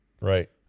right